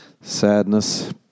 Sadness